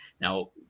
Now